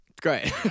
Great